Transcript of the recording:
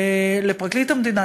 לפרקליט המדינה,